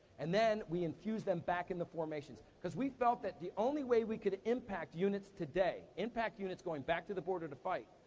and then, we infuse them back into formations. cause we felt that the only way we could impact units today, impact units going back to the border to fight,